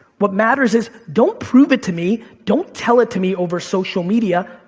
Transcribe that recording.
what matters is don't prove it to me, don't tell it to me over social media,